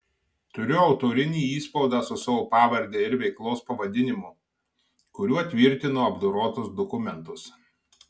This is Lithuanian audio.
turiu autorinį įspaudą su savo pavarde ir veiklos pavadinimu kuriuo tvirtinu apdorotus dokumentus